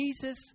Jesus